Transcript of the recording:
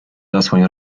zasłoń